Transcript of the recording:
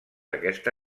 aquesta